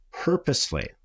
purposely